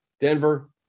Denver